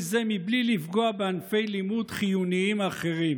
זה בלי לפגוע בענפי לימוד חיוניים אחרים.